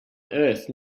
earth